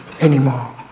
anymore